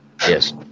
Yes